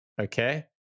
okay